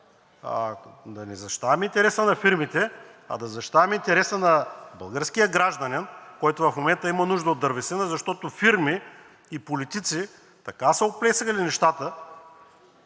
да не защитаваме интереса на фирмите, а да защитаваме интереса на българския гражданин, който в момента има нужда от дървесина, защото фирми и политици така са оплескали нещата,